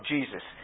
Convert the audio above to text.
Jesus